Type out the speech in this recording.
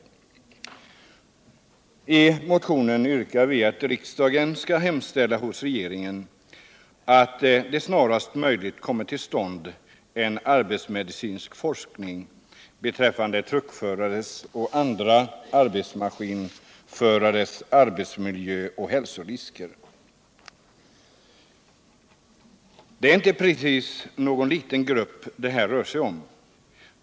I denna motion yrkar vi att riksdagen skall hemställa hos regeringen, att det snarast möjligt kommer till stånd en arbetsmedicinsk forskning beträffande truckförares och andra arbetsmaskinförares arbetsmiljö och hälsorisker. Det är inte precis någon liten grupp det här rör sig om.